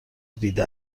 دیده